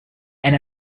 and